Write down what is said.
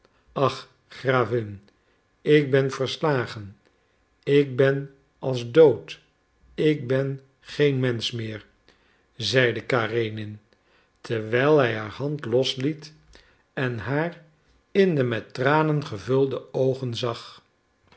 ach gravin ik ben verslagen ik ben als dood ik ben geen mensch meer zeide karenin terwijl hij haar hand losliet en haar in de met tranen gevulde oogen zag